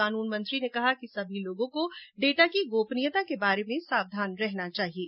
कानून मंत्री ने कहा कि समी लोगों को डेटा की गोपनीयता के बारे में सावधान रहना चाहिये